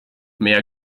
mehr